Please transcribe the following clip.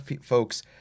folks